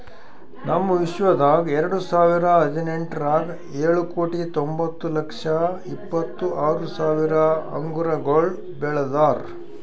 ನಮ್ ವಿಶ್ವದಾಗ್ ಎರಡು ಸಾವಿರ ಹದಿನೆಂಟರಾಗ್ ಏಳು ಕೋಟಿ ತೊಂಬತ್ತು ಲಕ್ಷ ಇಪ್ಪತ್ತು ಆರು ಸಾವಿರ ಅಂಗುರಗೊಳ್ ಬೆಳದಾರ್